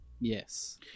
Yes